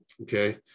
Okay